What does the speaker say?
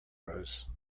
rose